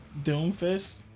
Doomfist